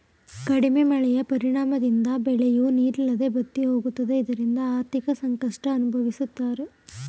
ಕಡಿಮೆ ಮಳೆಯ ಪರಿಣಾಮದಿಂದ ಬೆಳೆಯೂ ನೀರಿಲ್ಲದೆ ಬತ್ತಿಹೋಗುತ್ತದೆ ಇದರಿಂದ ಆರ್ಥಿಕ ಸಂಕಷ್ಟ ಅನುಭವಿಸುತ್ತಾರೆ